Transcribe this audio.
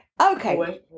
Okay